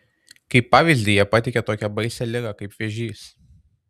kaip pavyzdį jie pateikė tokią baisią ligą kaip vėžys